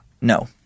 No